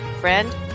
friend